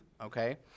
okay